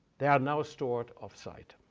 they are now stored off site.